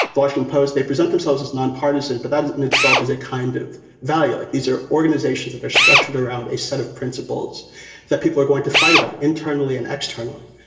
the washington post, they present themselves as nonpartisan. but that in itself is a kind of value. like these are organizations that are structured around a set of principles that people are going to fight about internally and externally.